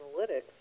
analytics